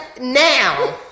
now